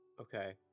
Okay